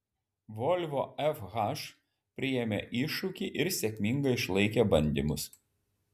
volvo fh priėmė iššūkį ir sėkmingai išlaikė bandymus